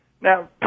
Now